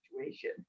situation